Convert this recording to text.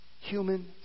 human